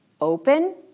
open